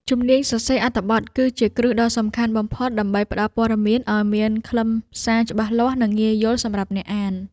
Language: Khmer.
ជំនាញសរសេរអត្ថបទគឺជាគ្រឹះដ៏សំខាន់បំផុត ដើម្បីផ្ដល់ព័ត៌មានឱ្យមានខ្លឹមសារច្បាស់លាស់ និងងាយយល់សម្រាប់អ្នកអាន។